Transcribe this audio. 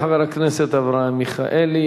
תודה לחבר הכנסת אברהם מיכאלי.